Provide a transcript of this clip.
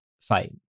fight